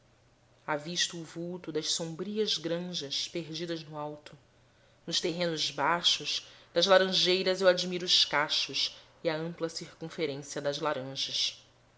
balouça avisto o vulto das sombrias granjas perdidas no alto nos terrenos baixos das laranjeiras eu admiro os cachos e a ampla circunferência das laranjas